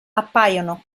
appaiono